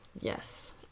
yes